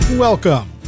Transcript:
Welcome